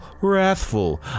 wrathful